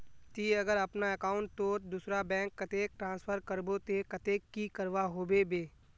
ती अगर अपना अकाउंट तोत दूसरा बैंक कतेक ट्रांसफर करबो ते कतेक की करवा होबे बे?